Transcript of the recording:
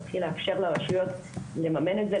תתחיל לאפשר לרשויות לממן את זה,